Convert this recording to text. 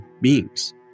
beings